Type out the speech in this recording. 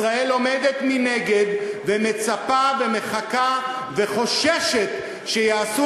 ישראל עומדת מנגד ומצפה ומחכה וחוששת שיעשו